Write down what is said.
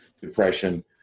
depression